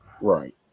Right